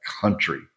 country